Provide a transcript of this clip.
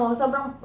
sobrang